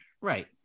Right